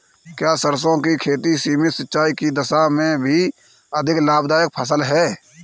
क्या सरसों की खेती सीमित सिंचाई की दशा में भी अधिक लाभदायक फसल है?